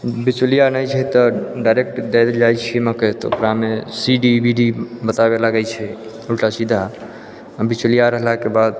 बिचौलिया नहि छै तऽ डायरेक्ट देल जाइ छै मकइ तऽ ओकरामे सी डी बी डी बताबै लागै छै उल्टा सीधा बिचौलिया रहलाके बाद